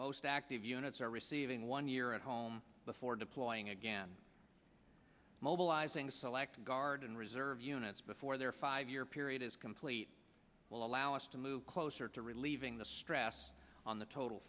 most active units are receiving one year at home before deploying again mobilizing select guard and reserve units before their five year period is complete will allow us to move closer to relieving the stress on the total